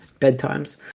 bedtimes